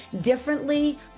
differently